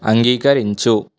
అంగీకరించు